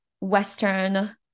Western